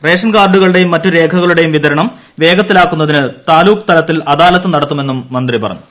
ration കാർഡുകളുടെയും മറ്റു രേഖകളുടെയും വിതരണം വേഗത്തിലാക്കുന്നതിന് താലൂക്ക് തലത്തിൽ അദാലത്ത് നടത്തുമെന്നും മന്ത്രി പറഞ്ഞു